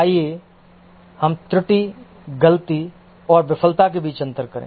आइए हम त्रुटि गलती और विफलता के बीच अंतर करें